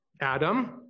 Adam